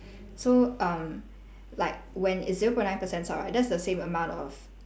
so um like when it's zero point nine percent salt right that's the same amount of